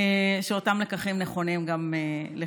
שאותם לקחים נכונים גם לך,